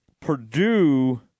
Purdue